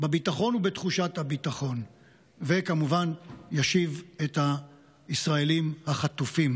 בביטחון ובתחושת הביטחון וכמובן ישיב את הישראלים החטופים,